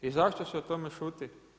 I zašto se o tome šuti?